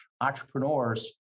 entrepreneurs